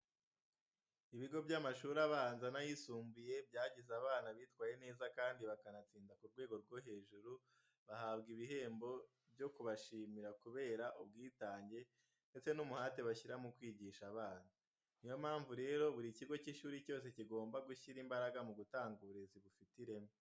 Ibigo by'amashuri abanza n'ayisumbuye byagize abana bitwaye neza kandi bakanatsinda ku rwego rwo hejuru, bihabwa igihembo cyo kubashimira kubera ubwitange ndetse n'umuhate bashyira mu kwigisha abana. Ni yo mpamvu rero buri kigo cy'ishuri cyose kigomba gushyira imbaraga mu gutanga uburezi bufite ireme.